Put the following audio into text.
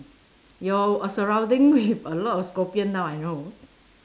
your uh surrounding with a lot of scorpion now I know